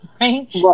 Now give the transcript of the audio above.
right